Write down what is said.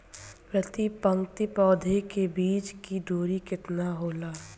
प्रति पंक्ति पौधे के बीच की दूरी केतना होला?